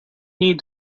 need